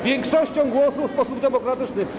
Większością głosów, w sposób demokratyczny.